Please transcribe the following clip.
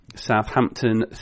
Southampton